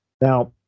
Now